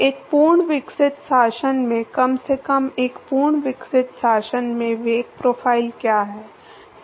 एक पूर्ण विकसित शासन में कम से कम एक पूर्ण विकसित शासन में वेग प्रोफ़ाइल क्या है